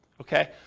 Okay